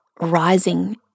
rising